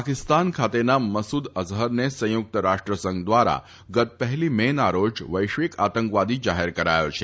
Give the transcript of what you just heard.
પાકિસ્તાન ખાતેના મસૂદ અઝહરને સંયુક્ત રાષ્ટ્રસંઘ દ્વારા ગત પહેલી મે ના રોજ વૈશ્વિક આતંકવાદી જાહેર કરાયો છે